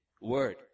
word